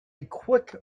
quick